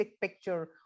picture